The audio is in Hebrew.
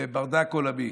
וברדק עולמי.